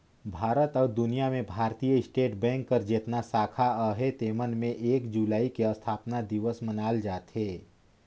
भारत अउ दुनियां में भारतीय स्टेट बेंक कर जेतना साखा अहे तेमन में एक जुलाई के असथापना दिवस मनाल जाथे